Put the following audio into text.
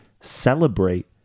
celebrate